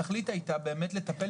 התכלית הייתה באמת לטפל